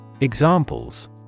Examples